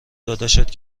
داداشت